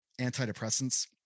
antidepressants